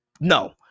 no